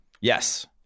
yes